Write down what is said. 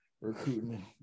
recruiting